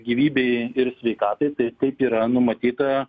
gyvybei ir sveikatai tai taip yra numatyta